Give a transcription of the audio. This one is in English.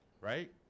right